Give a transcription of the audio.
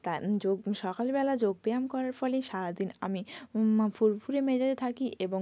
তাই যোগ সকালবেলা যোগ ব্যায়াম করার ফলেই সারা দিন আমি ফুরফুরে মেজাজে থাকি এবং